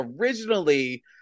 originally